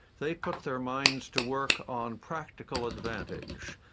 they put their minds to work on practical advantage,